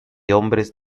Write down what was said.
hombres